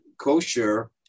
kosher